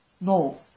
No